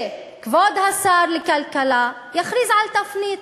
שכבוד שר הכלכלה יכריז על תפנית.